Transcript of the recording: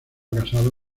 casado